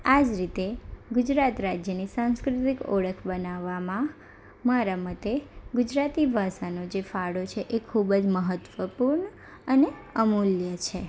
આજ રીતે ગુજરાત રાજ્યની સાંસ્કૃતિક ઓળખ બનાવવામાં મારા મતે ગુજરાતી ભાષાનો જે ફાળો છે એ ખૂબ જ મહત્ત્વપૂર્ણ અને અમૂલ્ય છે